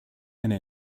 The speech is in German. eine